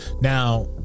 Now